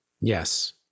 Yes